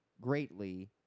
greatly